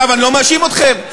אני לא מאשים אתכם,